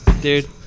dude